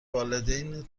والدین